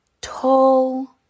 tall